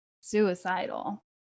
suicidal